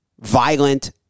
violent